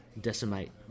Decimate